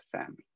family